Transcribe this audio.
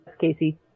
Casey